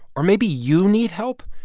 or maybe you need help,